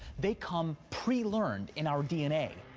they come pre-learned in our dna,